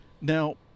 Now